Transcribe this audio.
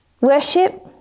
Worship